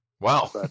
Wow